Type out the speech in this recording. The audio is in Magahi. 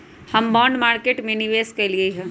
हम बॉन्ड मार्केट में निवेश कलियइ ह